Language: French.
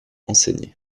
enseigner